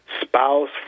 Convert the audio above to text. spouse